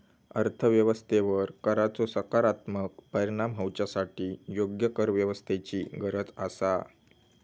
अर्थ व्यवस्थेवर कराचो सकारात्मक परिणाम होवच्यासाठी योग्य करव्यवस्थेची गरज आसा